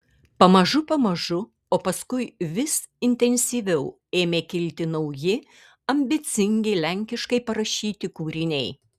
pamažu pamažu o paskui vis intensyviau ėmė kilti nauji ambicingi lenkiškai parašyti kūriniai